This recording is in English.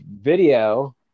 video